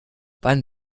wann